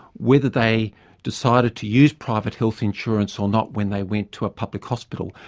whether they decided to use private health insurance or not when they went to a public hospital.